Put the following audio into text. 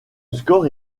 score